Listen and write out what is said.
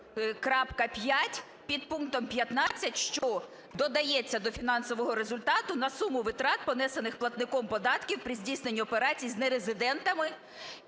140.5 підпунктом 15, що додається до фінансового результату на суму витрат, понесених платником податків при здійсненні операцій з нерезидентами.